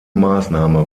maßnahme